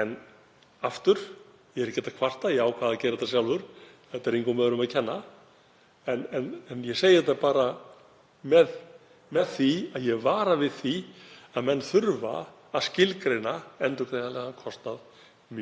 En aftur. Ég er ekkert að kvarta, ég ákvað að gera þetta sjálfur. Þetta er engum öðrum að kenna. Ég segi þetta bara af því að ég vara við og bendi á að menn þurfa að skilgreina endurgreiðanlegan kostað